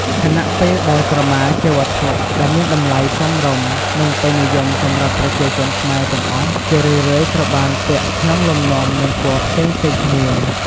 ខណៈពេលដែលក្រមាជាវត្ថុដែលមានតម្លៃសមរម្យ និងពេញនិយមសម្រាប់ប្រជាជនខ្មែរទាំងអស់ ជារឿយៗត្រូវបានពាក់ក្នុងលំនាំ និងពណ៌ផ្សេងៗគ្នា។